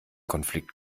konflikt